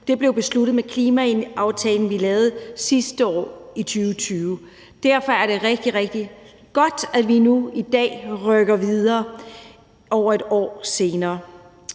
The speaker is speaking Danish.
blev besluttet med klimaaftalen, vi lavede sidste år, i 2020. Derfor er det rigtigt, rigtig godt, at vi nu i dag – over et år senere